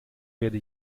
werde